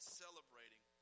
celebrating